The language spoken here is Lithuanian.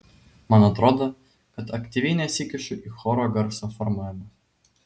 man atrodo kad aktyviai nesikišu į choro garso formavimą